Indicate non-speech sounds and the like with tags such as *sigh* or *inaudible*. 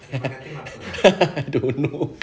*laughs* don't know